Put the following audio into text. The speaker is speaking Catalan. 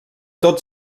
tot